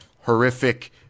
horrific